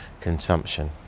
consumption